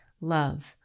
love